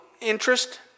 interest